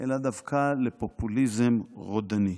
אלא דווקא לפופוליזם רודני.